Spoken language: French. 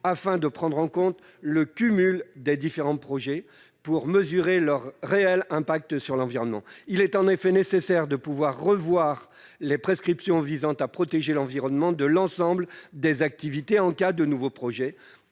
afin de prendre en compte le cumul des différents projets et de mesurer leur réel impact sur l'environnement. Il est en effet nécessaire de revoir les prescriptions visant à protéger l'environnement de l'ensemble des activités en cas de nouveau projet,